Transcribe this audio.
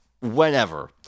whenever